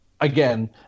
again